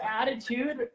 attitude